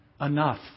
enough